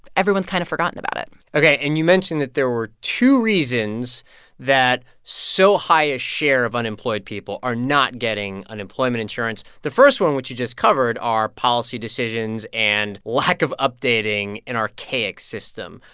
everyone's kind of forgotten about it ok. and you mentioned that there were two reasons that so high a share of unemployed people are not getting unemployment insurance. the first one, which you just covered, are policy decisions and lack of updating an archaic system.